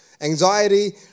anxiety